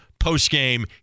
postgame